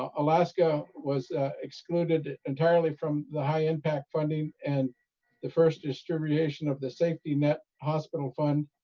alaska was excluded entirely from the high-impact funding. and the first distribution of the safety net hospital fund.